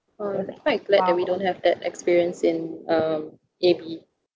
I'm glad that we don't have that experience in um A_B